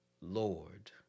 Lord